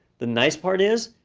the nice part is,